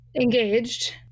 engaged